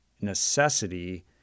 necessity